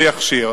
שיכשיר.